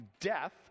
death